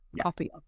copy